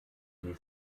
die